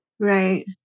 Right